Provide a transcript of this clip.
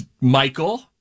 Michael